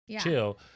Chill